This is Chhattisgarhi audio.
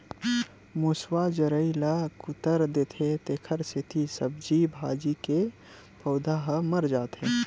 मूसवा जरई ल कुतर देथे तेखरे सेती सब्जी भाजी के पउधा ह मर जाथे